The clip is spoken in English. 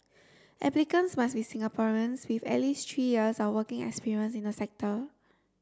applicants must be Singaporeans with at least three years of working experience in the sector